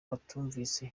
batumvise